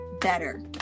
better